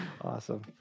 Awesome